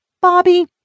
Bobby